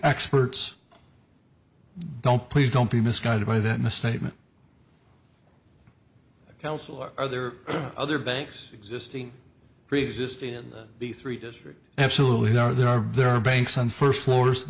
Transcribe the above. experts don't please don't be misguided by that misstatement else or are there other banks existing preexist in the three districts absolutely they are there are there are banks on first floors